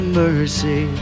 mercy